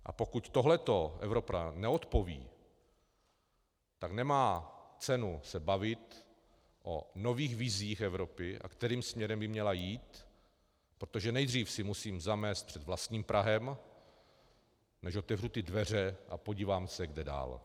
A pokud na tohle Evropa neodpoví, tak nemá cenu se bavit o nových vizích Evropy, a kterým směrem by měla jít, protože nejdříve si musím zamést před vlastním prahem, než otevřu dveře a podívám se, kde dál.